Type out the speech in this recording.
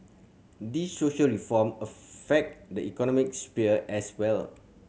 these social reform affect the economic sphere as well